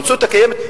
במציאות הקיימת,